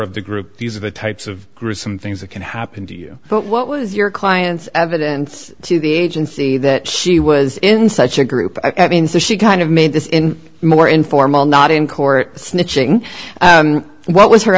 of the group these are the types of gruesome things that can happen to you but what was your client's evidence to the agency that she was in such a group means that she kind of made this in more informal not in court snitching what was her